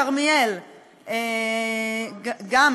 בכרמיאל גם,